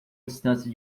distância